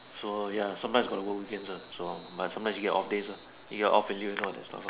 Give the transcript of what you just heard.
so ya sometimes gonna work weekends ah so but sometimes you get off days ah you got off and leave as well lah